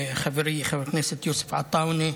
לחברי חבר הכנסת יוסף עטאונה,